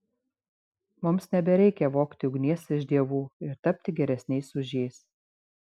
mums nebereikia vogti ugnies iš dievų ir tapti geresniais už jais